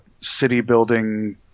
city-building